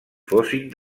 fossin